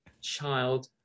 child